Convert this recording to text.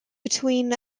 between